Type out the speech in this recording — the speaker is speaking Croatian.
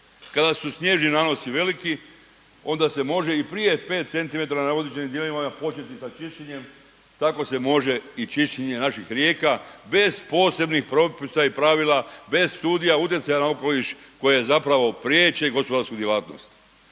kada su snježni nanosi veliki onda se može i prije 5cm na određenim dijelovima početi sa čišćenjem, tako se može i čišćenje naših rijeka bez posebnih propisa i pravila, bez studija utjecaja na okoliš koje zapravo priječe gospodarsku djelatnost,